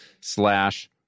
slash